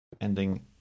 ending